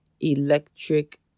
electric